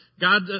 God